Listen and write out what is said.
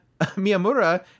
Miyamura